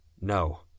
No